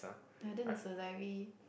ya then the the Sezairi